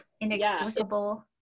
inexplicable